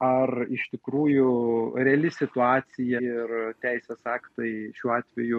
ar iš tikrųjų reali situacija ir teisės aktai šiuo atveju